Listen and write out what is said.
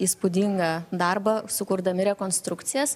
įspūdingą darbą sukurdami rekonstrukcijas